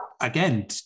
again